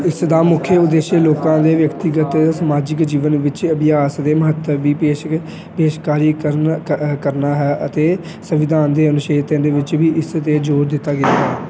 ਇਸ ਦਾ ਮੁੱਖ ਉਦੇਸ਼ ਲੋਕਾਂ ਦੇ ਵਿਅਕਤੀਗਤ ਅਤੇ ਸਮਾਜਿਕ ਜੀਵਨ ਵਿੱਚ ਅਭਿਆਸ ਦੇ ਮਹੱਤਵ ਵੀ ਪੇਸ਼ ਪੇਸ਼ਕਾਰੀ ਕਰਨ ਕਰਨਾ ਹੈ ਅਤੇ ਸੰਵਿਧਾਨ ਦੇ ਅਨੁਛੇਦ ਤਿੰਨ ਵਿੱਚ ਵੀ ਇਸ 'ਤੇ ਜ਼ੋਰ ਦਿੱਤਾ ਗਿਆ ਹੈ